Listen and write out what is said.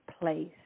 place